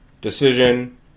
Decision